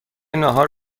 ناهار